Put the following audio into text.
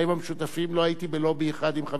לא הייתי בלובי אחד עם חבר הכנסת ברכה,